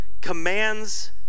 commands